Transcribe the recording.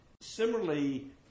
Similarly